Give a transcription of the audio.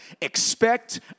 Expect